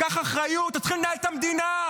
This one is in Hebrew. קח אחריות, תתחיל לנהל את המדינה.